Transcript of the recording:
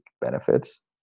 benefits